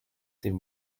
dem